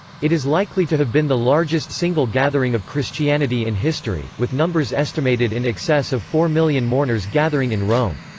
it is likely to have been the largest single gathering of christianity in history, with numbers estimated in excess of four million mourners gathering in rome.